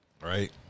Right